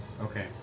Okay